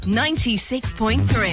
96.3